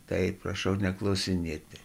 tai prašau neklausinėti